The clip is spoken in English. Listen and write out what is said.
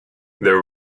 there